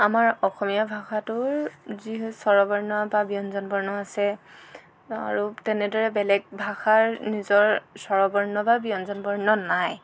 আমাৰ অসমীয়া ভাষাটোৰ যি স্বৰবৰ্ণ বা ব্যঞ্জন বৰ্ণ আছে আৰু তেনেদৰে বেলেগ ভাষাৰ নিজৰ স্বৰ বৰ্ণ বা ব্যঞ্জন বৰ্ণ নাই